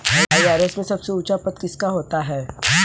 IRS में सबसे ऊंचा पद किसका होता है?